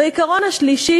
והעיקרון השלישי,